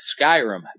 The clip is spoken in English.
Skyrim